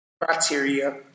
criteria